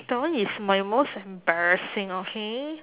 that one is my most embarrassing okay